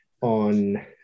on